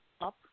up